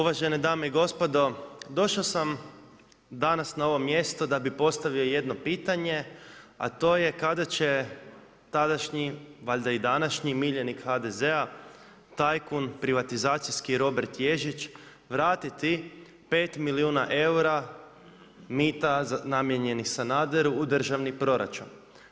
Uvažene dame i gospodo, došao sam danas na ovo mjesto da bih postavio jedno pitanje a to je kada će tadašnji, valjda i današnji miljenik HDZ-a, tajkun, privatizacijski Robert Ježić vratiti 5 milijuna eura mita namijenjenih Sanaderu u državni proračun.